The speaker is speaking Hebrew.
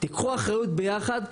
תיקחו אחריות ביחד,